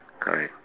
correct